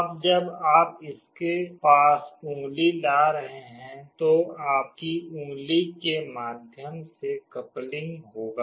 अब जब आप इसके पास उंगली ला रहे हैं तो आपकी उंगली के माध्यम से कपलिंग होगा